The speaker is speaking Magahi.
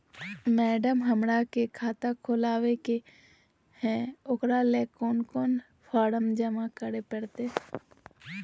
मैडम, हमरा के खाता खोले के है उकरा ले कौन कौन फारम जमा करे परते?